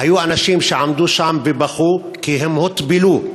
היו אנשים שעמדו שם ובכו, כי הם הוטבלו,